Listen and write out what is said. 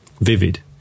vivid